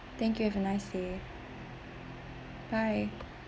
thank you have a nice day bye